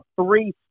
three